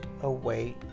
away